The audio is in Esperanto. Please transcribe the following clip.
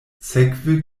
sekve